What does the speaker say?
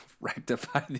rectify